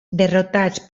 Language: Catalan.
derrotats